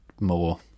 more